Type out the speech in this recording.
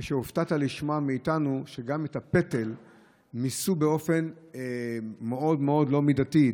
כשהופתעת לשמוע מאיתנו שגם את הפטל מיסו באופן מאוד מאוד לא מידתי,